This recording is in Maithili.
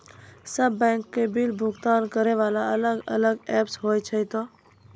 सब बैंक के बिल भुगतान करे वाला अलग अलग ऐप्स होय छै यो?